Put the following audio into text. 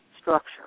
structure